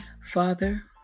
Father